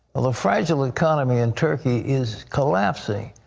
while, the fragile economy in turkey is collapsing,